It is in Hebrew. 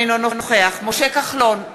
אינו נוכח משה כחלון,